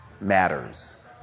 matters